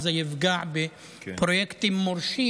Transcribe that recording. וזה יפגע בפרויקטים מורשים